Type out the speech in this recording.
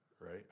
right